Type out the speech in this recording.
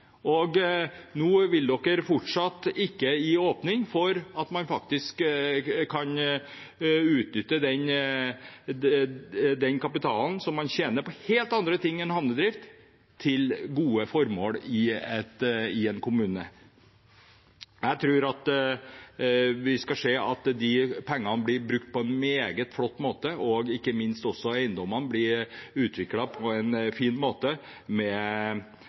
vil fortsatt ikke åpne for at man kan utnytte den kapitalen man tjener på helt andre ting enn havnedrift, til gode formål i en kommune. Jeg tror vi vil se at de pengene vil bli brukt på en meget flott måte, og ikke minst at eiendommene blir utviklet på en fin måte, med